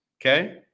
okay